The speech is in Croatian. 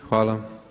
Hvala.